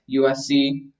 USC